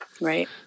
Right